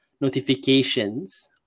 notifications